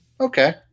Okay